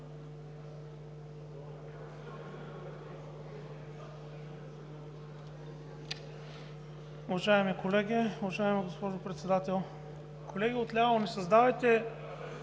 Уважаеми колеги, уважаема госпожо Председател! Колеги отляво, не създавайте